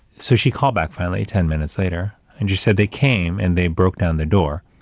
so, she called back finally, ten minutes later, and she said they came and they broke down the door,